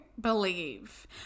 believe